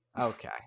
Okay